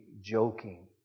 joking